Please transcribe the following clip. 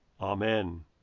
Amen